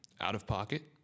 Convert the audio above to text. out-of-pocket